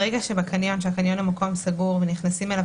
הקניון הוא מקום סגור ונכנסים אליו